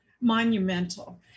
monumental